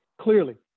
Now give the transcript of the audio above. clearly